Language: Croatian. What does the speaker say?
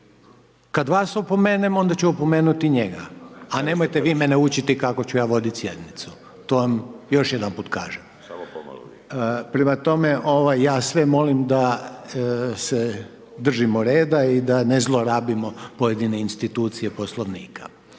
Kad vas opomenem, onda ću opomenuti i njega, a nemojte vi mene učiti kako ću ja voditi sjednicu. To vam još jedanput kažem. Prema tome, ovaj, ja sve molim da se držimo reda i da ne zlorabimo pojedine institucije Poslovnika.